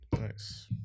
Nice